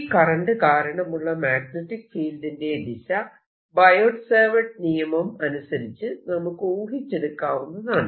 ഈ കറന്റ് കാരണമുള്ള മാഗ്നെറ്റിക് ഫീൽഡിന്റെ ദിശ ബയോട്ട് സാവേർട്ട് നിയമം അനുസരിച്ച് നമുക്ക് ഊഹിച്ചെടുക്കാവുന്നതാണ്